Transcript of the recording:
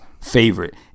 favorite